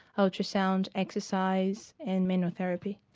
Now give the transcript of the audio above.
ultrasound, exercise and manual therapy.